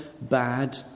bad